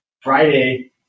Friday